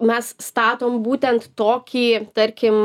mes statom būtent tokį tarkim